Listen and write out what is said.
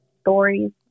stories